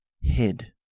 hid